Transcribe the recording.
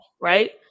right